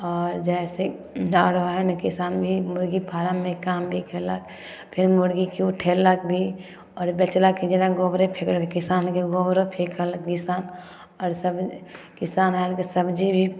आओर जइसे आओर वएह ने किसान भी मुरगी फारममे काम भी कएलक फेर मुरगीके उठेलक भी आओर बेचलक जेना गोबरे फेकलक किसानके गोबरो फेकल किसान आओर सब किसान आबिकऽ सब्जी भी